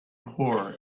horror